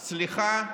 סליחה,